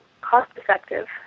cost-effective